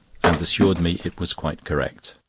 and assured me it was quite correct.